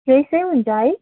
फ्रेसै हुन्छ है